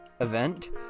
Event